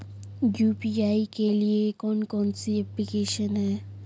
UPI के लिए कौन कौन सी एप्लिकेशन हैं?